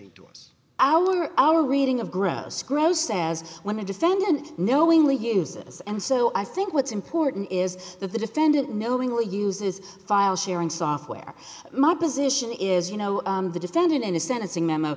us our our reading of gross gross says when a defendant knowingly uses and so i think what's important is that the defendant knowingly uses file sharing software my position is you know the defendant in a sentencing memo